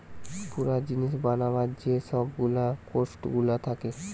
পুরা জিনিস বানাবার যে সব গুলা কোস্ট গুলা থাকে